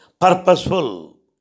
purposeful